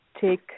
take